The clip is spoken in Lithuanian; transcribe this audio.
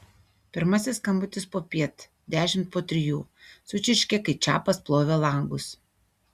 pirmasis skambutis popiet dešimt po trijų sučirškė kai čapas plovė langus